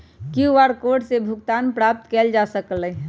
QR code से भुगतानो प्राप्त कएल जा सकल ह